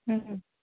হুম